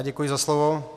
Děkuji za slovo.